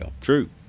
True